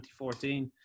2014